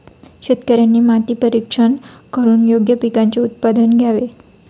शेतकऱ्यांनी माती परीक्षण करून योग्य पिकांचे उत्पादन घ्यावे